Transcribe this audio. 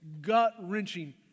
gut-wrenching